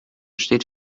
steht